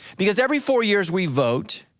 because every four years we vote,